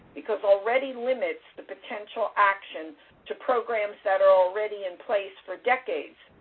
because already limits the potential action to programs that are already in place for decades.